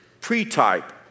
pre-type